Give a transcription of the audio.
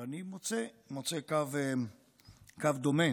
ואני מוצא קו דומה